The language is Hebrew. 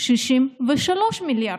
63 מיליארד,